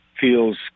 feels